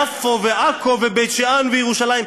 יפו ועכו ובית-שאן וירושלים.